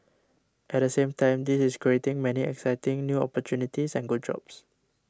at the same time this is creating many exciting new opportunities and good jobs